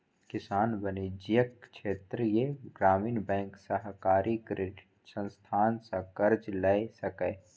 किसान वाणिज्यिक, क्षेत्रीय ग्रामीण बैंक, सहकारी क्रेडिट संस्थान सं कर्ज लए सकैए